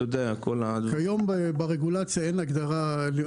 כיום ברגולציה אין הגדרה לזה.